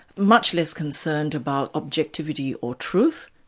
much less concerned about objectivity or truth,